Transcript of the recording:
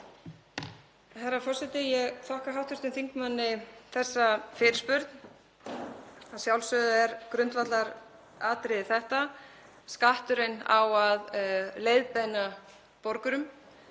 Herra forseti. Ég þakka hv. þingmanni þessa fyrirspurn. Að sjálfsögðu er grundvallaratriðið þetta: Skatturinn á að leiðbeina borgurum.